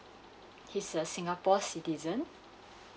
he's a singapore citizen